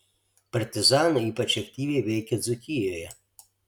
partizanai ypač aktyviai veikė dzūkijoje